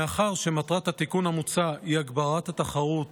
מאחר שמטרת התיקון המוצע היא הגברת התחרות